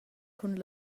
cun